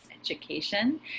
education